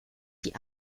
die